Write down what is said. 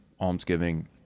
almsgiving